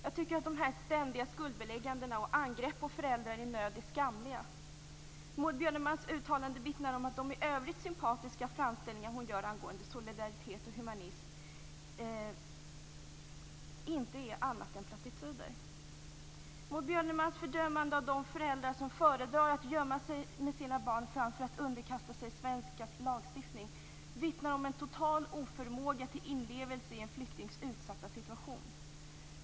Jag tycker att dessa ständiga skuldbelägganden och angrepp på föräldrar i nöd är skamliga. Maud Björnemalms uttalanden vittnar om att de i övrigt sympatiska framställningar hon gör angående solidaritet och humanism inte är annat än plattityder. Maud Björnemalms fördömanden av de föräldrar som föredrar att gömma sig med sina barn framför att underkasta sig den svenska lagstiftningen vittnar om en total oförmåga till inlevelse i en flyktings utsatta situation.